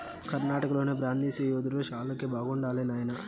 కర్ణాటకలోని బ్రాండిసి యెదురు శాలకి బాగుండాది నాయనా